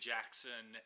Jackson